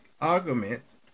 arguments